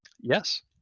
Yes